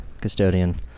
custodian